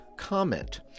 comment